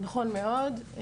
נכון מאוד.